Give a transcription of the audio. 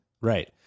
right